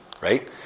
right